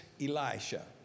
Elisha